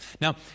Now